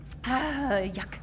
yuck